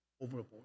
overboard